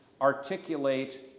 articulate